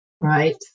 right